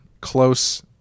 close